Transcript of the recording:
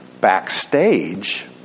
Backstage